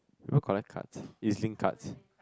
no collect cards Ezlink cards